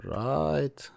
right